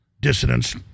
dissidents